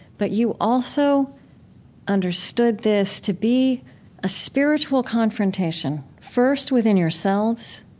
but you also understood this to be a spiritual confrontation, first within yourselves,